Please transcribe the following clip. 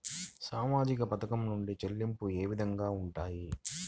సామాజిక పథకం నుండి చెల్లింపులు ఏ విధంగా ఉంటాయి?